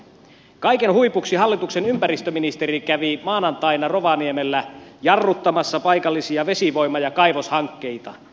kaiken huipuksi hallituksen ympäristöministeri kävi maanantaina rovaniemellä jarruttamassa paikallisia vesivoima ja kaivoshankkeita